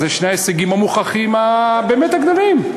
אלה שני ההישגים המוכחים באמת הגדולים.